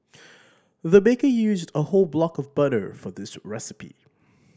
the baker used a whole block of butter for this recipe